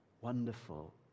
wonderful